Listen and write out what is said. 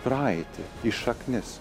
praeitį į šaknis